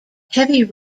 heavy